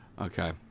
okay